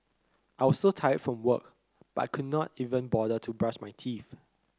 I was so tired from work but I could not even bother to brush my teeth